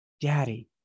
Daddy